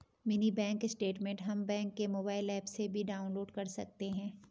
mini bank statement हम bank के mobile app से भी डाउनलोड कर सकते है